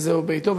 שזהו ביתו,